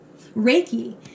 Reiki